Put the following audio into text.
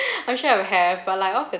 I'm I would have but like off the